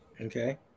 okay